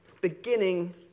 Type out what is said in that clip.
beginning